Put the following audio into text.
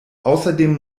außerdem